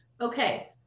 okay